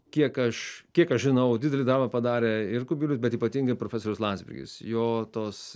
kiek aš kiek aš žinau didelį darbą padarė ir kubilius bet ypatingai profesorius landsbergis jo tos